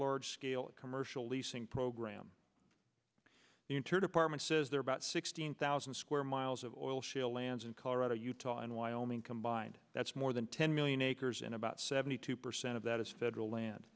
large scale commercial leasing program entered apartment says there are about sixteen thousand square miles of oil shale lands in colorado utah and wyoming combined that's more than ten million acres and about seventy two percent of that is federal land